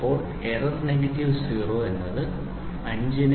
അപ്പോൾ error negative zero എന്നത് 5നെ